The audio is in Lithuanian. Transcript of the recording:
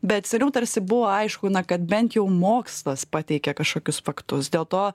bet seniau tarsi buvo aišku kad bent jau mokslas pateikia kažkokius faktus dėl to